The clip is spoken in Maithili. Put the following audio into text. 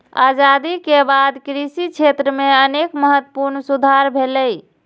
आजादी के बाद कृषि क्षेत्र मे अनेक महत्वपूर्ण सुधार भेलैए